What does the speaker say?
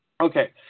Okay